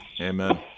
Amen